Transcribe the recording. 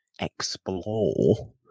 explore